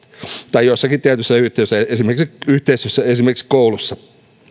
tai jossakin tietyssä yhteisössä esimerkiksi yhteisössä esimerkiksi koulussa